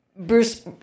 Bruce